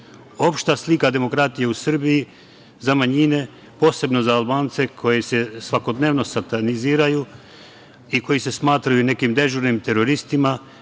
Opšta slika demokratije u Srbiji za manjine, posebno za Albance koji se svakodnevno sataniziraju i koji se smatraju nekim dežurnim teroristima